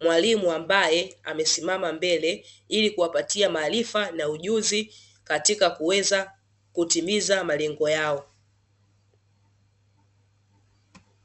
mwalimu ambaye amesimama mbele ili kuwapatia maarifa na ujuzi katika kuweza kutimiza malengo yao.